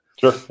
Sure